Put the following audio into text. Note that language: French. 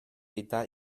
état